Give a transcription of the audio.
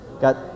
got